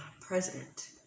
president